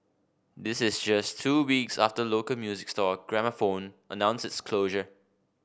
this is just two weeks after local music store Gramophone announced its closure